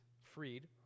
freed